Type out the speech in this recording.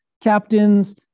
Captains